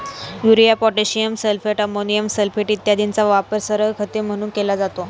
urea, potassium sulphate, ammonium sulphate इत्यादींचा वापर सरळ खते म्हणून केला जातो